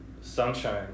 sunshine